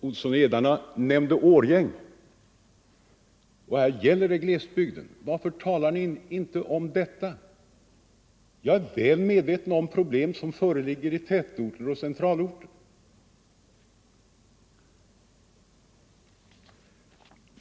Här gäller det glesbygden — herr Olsson i Edane nämnde Årjäng. Varför talar ni inte om det problemet? Jag är väl medveten om de problem som föreligger i tätorter och centralorter.